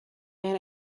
men